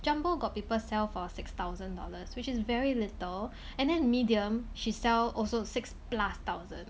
jumbo got people sell for six thousand dollars which is very little and then medium she sell also six plus thousand